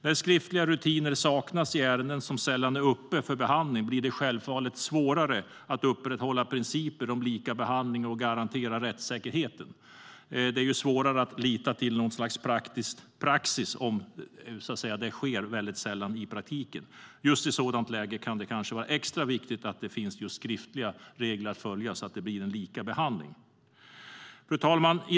När skriftliga rutiner saknas i ärenden som sällan är uppe för behandling blir det självfallet svårare att upprätthålla principer om likabehandling och garantera rättssäkerheten. Det är svårare att lita till något slags praxis om det sker sällan i praktiken. Just i ett sådant läge kan det kanske vara extra viktigt att det finns just skriftliga regler att följa så att det blir en likabehandling. Fru talman!